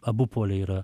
abu poliai yra